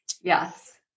Yes